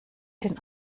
den